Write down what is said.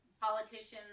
Politicians